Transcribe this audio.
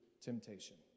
temptation